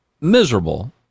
Miserable